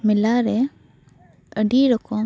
ᱢᱮᱞᱟ ᱨᱮ ᱟᱹᱰᱤ ᱨᱚᱠᱚᱢ